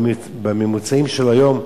בממוצעים של היום,